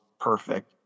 perfect